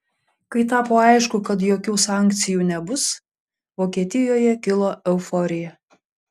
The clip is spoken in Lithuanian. kai tapo aišku kad jokių sankcijų nebus vokietijoje kilo euforija